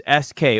SK